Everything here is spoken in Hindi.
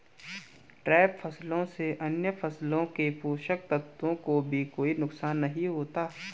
ट्रैप फसलों से अन्य फसलों के पोषक तत्वों को भी कोई नुकसान नहीं होता